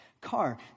car